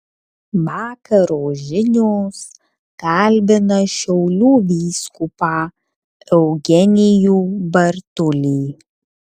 vakaro žinios kalbina šiaulių vyskupą eugenijų bartulį